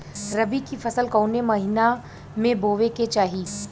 रबी की फसल कौने महिना में बोवे के चाही?